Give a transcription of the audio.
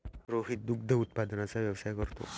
रोहित दुग्ध उत्पादनाचा व्यवसाय करतो